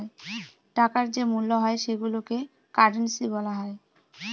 টাকার যে মূল্য হয় সেইগুলোকে কারেন্সি বলা হয়